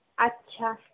আচ্ছা